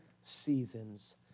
seasons